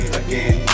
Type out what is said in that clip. again